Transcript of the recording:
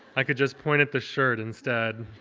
i could just point at the shirt instead.